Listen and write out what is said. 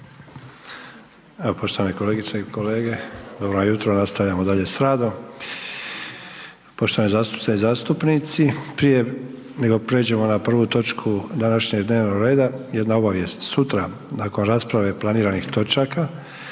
poštovane kolegice i kolege, dobro vam jutro, nastavljamo dalje s radom. Poštovane zastupnice i zastupnici, prije nego pređemo na prvu točku današnjeg dnevnog reda jedan obavijest. Sutra nakon rasprave planiranih točaka